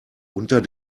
unter